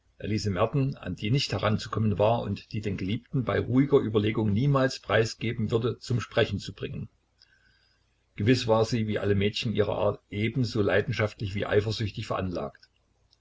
an die nicht heranzukommen war und die den geliebten bei ruhiger überlegung niemals preisgeben würde zum sprechen zu bringen gewiß war sie wie alle mädchen ihrer art ebenso leidenschaftlich wie eifersüchtig veranlagt